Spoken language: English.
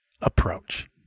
approach